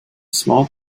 small